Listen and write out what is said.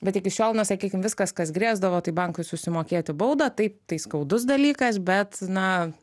bet iki šiol na sakykim viskas kas grėsdavo tai bankui susimokėti baudą taip tai skaudus dalykas bet na